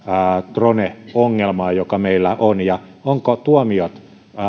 drone ongelmaan joka meillä on ja ovatko tuomiot